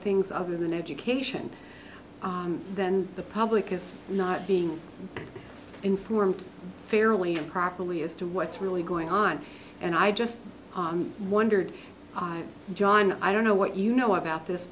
things other than education then the public is not being informed fairly and properly as to what's really going on and i just wondered i john i don't know what you know about this